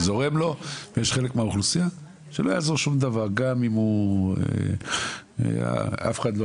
החינוך ,שבעצם כל הרעיון שכל המידע יעבור בין ארבעת המשרדים